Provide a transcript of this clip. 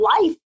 life